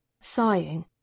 Sighing